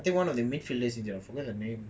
I think one of the midfielder forgot the name